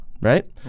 right